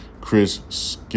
Chris